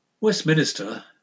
Westminster